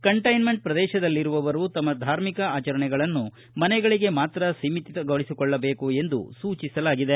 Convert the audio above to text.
containment ಪ್ರದೇಶದಲ್ಲಿರುವವರು ತಮ್ಮ ಧಾರ್ಮಿಕ ಆಚರಣೆಗಳನ್ನು ಮನೆಗಳಿಗೆ ಮಾತ್ರ ಸೀಮಿತಗೊಳಿಸಿಕೊಳ್ಳಬೇಕು ಎಂದು ಸೂಚಿಸಲಾಗಿದೆ